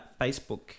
Facebook